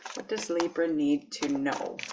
what does labour need to know?